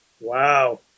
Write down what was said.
Wow